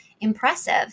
impressive